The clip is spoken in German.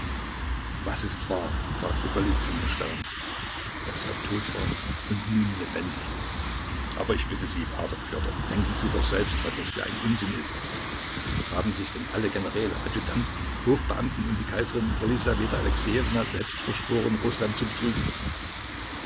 was ist wahr fragte golizyn erstaunt daß er tot war und nun lebendig ist aber ich bitte sie p pjotr bedenken sie doch selbst was es für ein unsinn ist haben sich denn alle generäle adjutanten hofbeamten und die kaiserin jelisaweta alexejewna selbst verschworen rußland zu betrügen